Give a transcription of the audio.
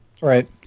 Right